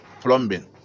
plumbing